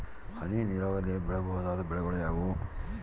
ಹನಿ ನೇರಾವರಿಯಲ್ಲಿ ಬೆಳೆಯಬಹುದಾದ ಬೆಳೆಗಳು ಯಾವುವು?